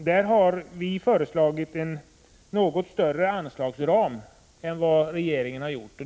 Vi har föreslagit en något större anslagsram än vad regeringen har gjort.